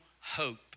hope